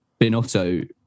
Binotto